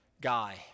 guy